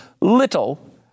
little